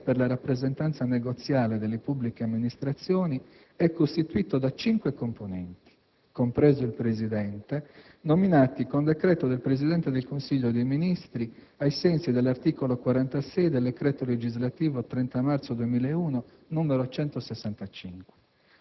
il Comitato direttivo dell'Agenzia per la rappresentanza negoziale delle pubbliche amministrazioni (ARAN) è costituito da cinque componenti, compreso il Presidente, nominati con decreto del Presidente del Consiglio dei ministri, ai sensi dell'articolo 46 del decreto legislativo 30 marzo 2001,